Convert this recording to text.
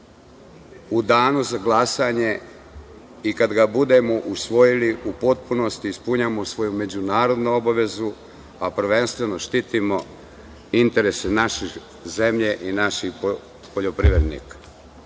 u danu za glasanje i kada ga budemo usvojili u potpunosti ispunjavamo svoju međunarodnu obavezu, a prvenstveno štitimo interese naše zemlje i naših poljoprivrednika.Zašto